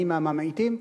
אני מהממעיטים,